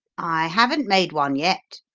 i haven't made one yet,